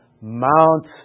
Mount